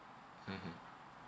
mmhmm